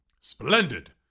Splendid